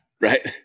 Right